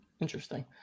interesting